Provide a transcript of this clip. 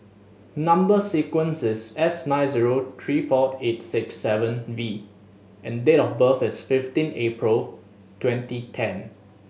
number sequence is S nine zero three four eight six seven V and date of birth is fifteen April twenty ten